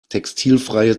textilfreie